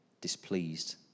displeased